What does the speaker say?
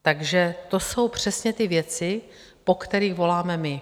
Takže to jsou přesně ty věci, po kterých voláme my.